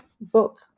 book